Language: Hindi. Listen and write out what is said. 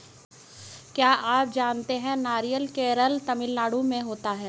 क्या आप जानते है नारियल केरल, तमिलनाडू में होता है?